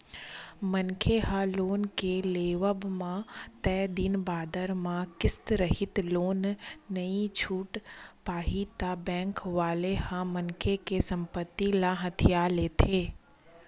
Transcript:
मनखे ह लोन के लेवब म तय दिन बादर म किस्ती रइही ओला नइ छूट पाही ता बेंक वाले ह मनखे के संपत्ति ल हथिया लेथे